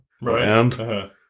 right